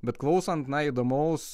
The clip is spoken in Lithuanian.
bet klausant na įdomaus